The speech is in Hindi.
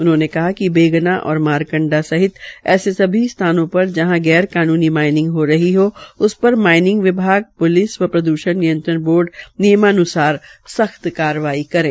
उन्होने कहा कि बेगना व मारकण्डा सहित ऐसे सभी स्थानों पर जहां गैर कानूनी माईनिंग हो रही हो उस पर माईनिंग विभाग प्लिस और प्रदूषण नियंत्रण बोर्ड के अधिकारी नियमान्सार सख्त कार्रवाई करें